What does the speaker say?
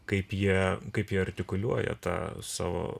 kaip jie kaip jie artikuliuoja tą savo